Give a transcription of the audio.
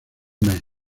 mes